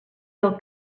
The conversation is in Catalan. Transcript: del